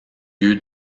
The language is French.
lieu